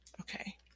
Okay